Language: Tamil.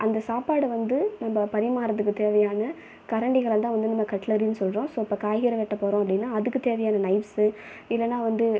அந்த சாப்பாடை வந்து நம்ம பரிமாறதுக்குத் தேவையான கரண்டிகளை தான் வந்து நம்ம கட்லரினு சொல்கிறோம் ஸோ இப்போ காய்கறி வெட்டப் போகிறோம் அப்படின்னால் அதுக்குத் தேவையான நைஃப்ஸ் இல்லைன்னா வந்து